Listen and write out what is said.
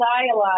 dialogue